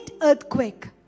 earthquake